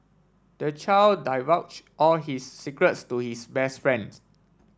the child divulged all his secrets to his best friends